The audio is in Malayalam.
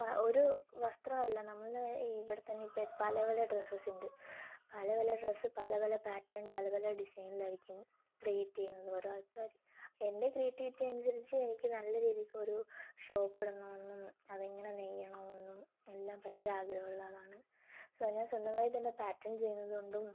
ഒരു വസ്ത്രം അല്ല നമ്മൾ ഇവിടെ തന്നെ ഇപ്പോൾ പല പല ഡ്രസ്സസുണ്ട് പല പല ഡ്രസ്സ് പല പല പാറ്റേൺ പല പല ഡിസൈനിലായിരിക്കും ക്രിയേറ്റ് ചെയ്യുന്നത് ഓരോ ആൾക്കാരും എൻ്റെ ക്രിയേറ്റിവിറ്റി അനുസരിച്ച് എനിക്ക് നല്ല രീതിക്കൊരു ഷോപ്പ് ഇടണമെന്നും അതെങ്ങനെ നെയ്യണമെന്നും എല്ലാം ഭയങ്കര ആഗ്രഹം ഉള്ള ആളാണ് സോ ഞാൻ സ്വന്തമായി തന്നെ പാറ്റേൺ ചെയ്യുന്നത് കൊണ്ടും